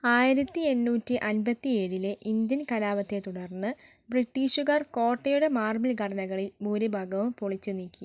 ആയിരത്തി എണ്ണൂറ്റി അന്പത്തി ഏഴിലെ ഇന്ത്യൻ കലാപത്തെ തുടർന്ന് ബ്രിട്ടീഷുകാർ കോട്ടയുടെ മാർബിൾ ഘടനകളിൽ ഭൂരിഭാഗവും പൊളിച്ചു നീക്കി